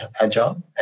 agile